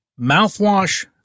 mouthwash